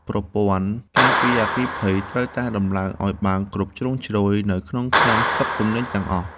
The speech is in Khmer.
ប្រព័ន្ធការពារអគ្គិភ័យត្រូវតែដំឡើងឱ្យបានគ្រប់ជ្រុងជ្រោយនៅក្នុងឃ្លាំងស្តុកទំនិញទាំងអស់។